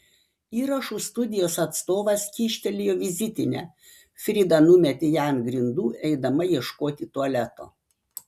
įrašų studijos atstovas kyštelėjo vizitinę frida numetė ją ant grindų eidama ieškoti tualeto